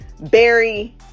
Barry